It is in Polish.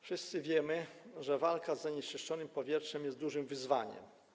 Wszyscy wiemy, że walka z zanieczyszczeniem powietrza jest dużym wyzwaniem.